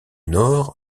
nord